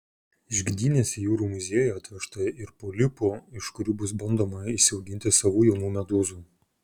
iš gdynės į jūrų muziejų atvežta ir polipų iš kurių bus bandoma išsiauginti savų jaunų medūzų